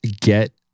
get